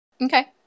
Okay